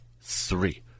three